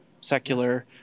secular